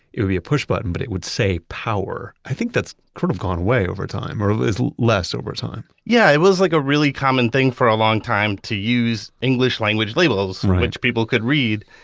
it would be a push button, but it would say power. i think that's sort of gone away over time or is less over time yeah, it was like a really common thing for a long time to use english language labels, which people could read.